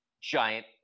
giant